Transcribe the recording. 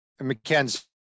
McKenzie